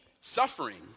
suffering